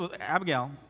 Abigail